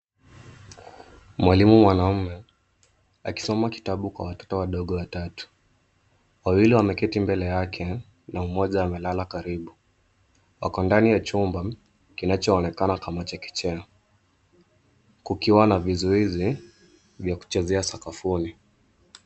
Mwalimu mwanaume akisoma kitabu kwa watoto wadogo watatu. Wawili wameketi mbele yake, na mmoja amelala karibu. Wako ndani ya chumba kinachoonekana kama chekechea, kukiwa na vizuizi vya kuchezea sakafuni.